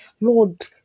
Lord